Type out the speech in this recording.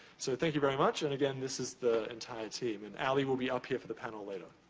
so, thank you very much. and again, this is the entire team. and allie will be up here for the panel later.